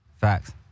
Facts